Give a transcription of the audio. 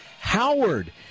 Howard